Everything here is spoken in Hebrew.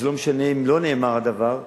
ולא משנה אם לא נאמר הדבר,